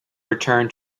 return